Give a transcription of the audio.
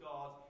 God